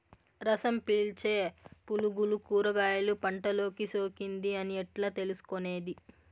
రసం పీల్చే పులుగులు కూరగాయలు పంటలో సోకింది అని ఎట్లా తెలుసుకునేది?